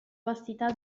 vastità